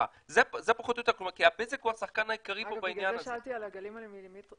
גם מהירות ההעלאה ולא רק מהירות ההורדה.